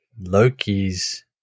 Loki's